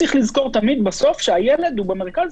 תשמע ידידי, כולם שלחו אותנו אליך, כלומר,